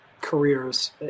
careers